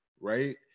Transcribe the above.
right